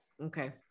Okay